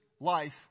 life